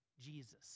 Jesus